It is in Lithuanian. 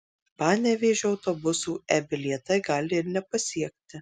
panevėžio autobusų e bilietai gali ir nepasiekti